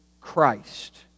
Christ